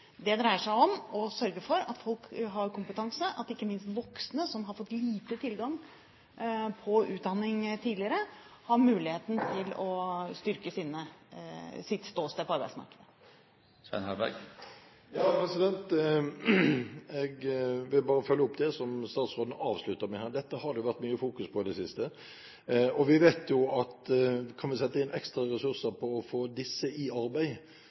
Det dreier seg om å sørge for at folk har kompetanse, at ikke minst voksne som har fått lite tilgang på utdanning tidligere, har muligheten til å styrke sitt ståsted på arbeidsmarkedet. Jeg vil bare følge opp det statsråden avsluttet med her: Dette har det vært mye fokus på i det siste, og vi vet jo at kan vi sette inn ekstra ressurser for å få disse i arbeid,